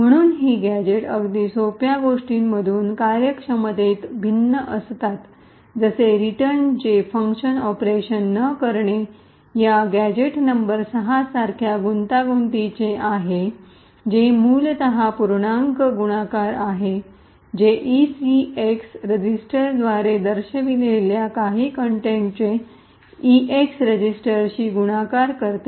म्हणून ही गॅझेट्स अगदी सोप्या गोष्टींमधून कार्यक्षमतेत भिन्न असतात जसे रिटर्न जे फक्त ऑपरेशन न करणे या गॅझेट नंबर 6 सारख्या गुंतागुंतीचे आहे जे मूलत पूर्णांक इन्टिजर integer गुणाकार आहे जे ECX रेजिस्टर द्वारे दर्शविलेल्या काही कंटेंटचे EX रेजिस्टरशी गुणाकार करते